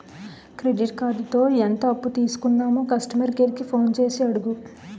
credit కార్డుతో ఎంత అప్పు తీసుకున్నామో కస్టమర్ కేర్ కి ఫోన్ చేసి అడుగు